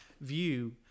view